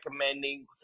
recommending